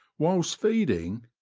whilst feeding,